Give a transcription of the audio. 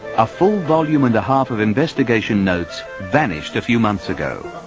a full volume and a half of investigation notes vanished a few months ago.